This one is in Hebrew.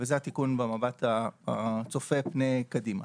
וזה התיקון במבט הצופה פני קדימה.